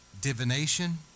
Divination